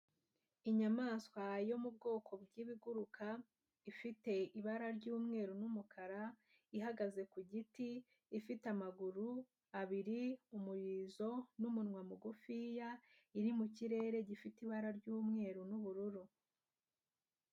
Inyamaswa yo mu bwoko bw'ibiguruka ifite ibara ry'umweru n'umukara, ihagaze ku giti ifite amaguru abiri, umurizo n'umunwa mugufiya, iri mu kirere gifite ibara ry'umweru n'ubururu.